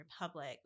Republic